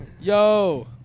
Yo